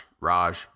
Raj